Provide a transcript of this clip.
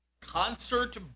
Concert